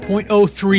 0.03